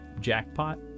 jackpot